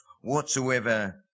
whatsoever